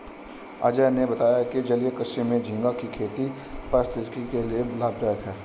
अजय ने बताया कि जलीय कृषि में झींगा की खेती पारिस्थितिकी के लिए लाभदायक है